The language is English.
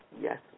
Yes